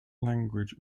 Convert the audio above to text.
language